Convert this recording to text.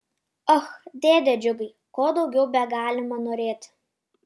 och dėde džiugai ko daugiau begalima norėti